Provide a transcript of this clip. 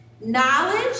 knowledge